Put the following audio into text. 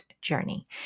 journey